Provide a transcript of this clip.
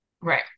Right